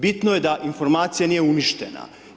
Bitno je da informacija nije uništena.